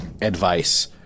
advice